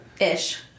Ish